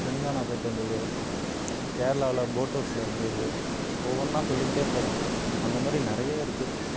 தெலுங்கானா போய்ட்டு வந்தது கேரளாவுல போட்டவுஸ்ல இருந்தது ஒவ்வொன்றா சொல்லிகிட்டே போகலாம் அந்த மாதிரி நிறைய இருக்குது